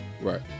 Right